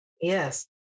Yes